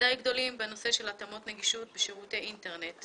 די גדולים בנושא של התאמות נגישות בשירותי אינטרנט.